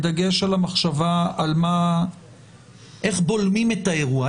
בדגש על המחשבה איך בולמים את האירוע,